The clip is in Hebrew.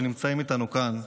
שנמצאים איתנו כאן,